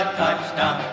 touchdown